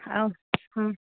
ଆଉ ହଁ